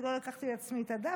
כי לא לקחתי לעצמי את הדף,